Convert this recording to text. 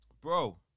Bro